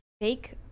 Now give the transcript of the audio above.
fake